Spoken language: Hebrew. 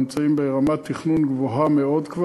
אנחנו כבר נמצאים ברמת תכנון גבוהה מאוד,